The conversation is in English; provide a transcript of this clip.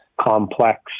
complex